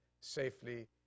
safely